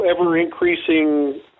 ever-increasing